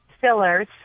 fillers